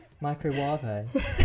microwave